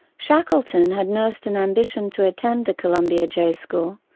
shackleton had nursed an ambition to attend the columbia j school,